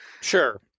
Sure